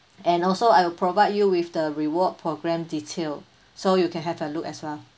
and also I will provide you with the reward programme detail so you can have a look as well